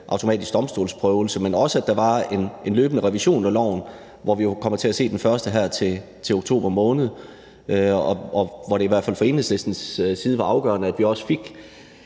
automatisk domstolsprøvelse, og at der var en løbende revision af loven, hvor vi jo kommer til at se den første her til oktober. Og det var i hvert fald fra Enhedslistens side afgørende, at vi også fik